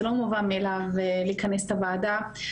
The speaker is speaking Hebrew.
זה לא מובן מאליו להיכנס לוועדה.